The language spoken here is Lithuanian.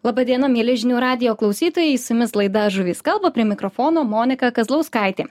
laba diena mieli žinių radijo klausytojai su jumis laida žuvys kalba prie mikrofono monika kazlauskaitė